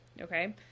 okay